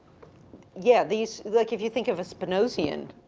yeah, these, like, if you think of a spanosian